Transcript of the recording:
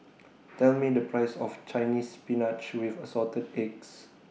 Tell Me The Price of Chinese Spinach with Assorted Eggs